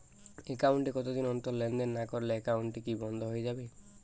Account এ কতদিন অন্তর লেনদেন না করলে একাউন্টটি কি বন্ধ হয়ে যাবে?